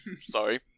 Sorry